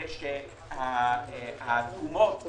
זה שהתרומות לעוגן,